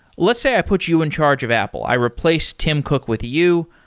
let's say i put you in charge of apple. i replace tim cook with you.